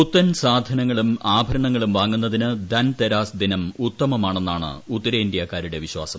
പുത്തൻ സാധനങ്ങളും ആഭരണങ്ങളും വാങ്ങുന്നതിന് ധൻതെരാസ് ഉത്തമമാണെന്നാണ് ഉത്തരേന്ത്യക്കാരുടെ വിശ്വാസം